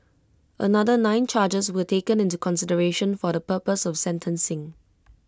another nine charges were taken into consideration for the purpose of sentencing